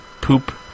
poop